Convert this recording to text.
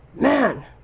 Man